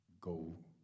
go